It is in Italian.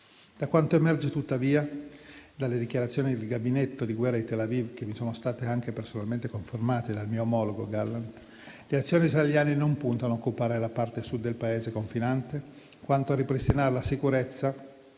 Da quanto emerge, tuttavia, dalle dichiarazioni del gabinetto di guerra di Tel Aviv, che mi sono state anche personalmente confermate dal mio omologo Gallant, le azioni israeliane non puntano a occupare la parte Sud del Paese confinante, quanto a ripristinare la sicurezza